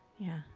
yeah.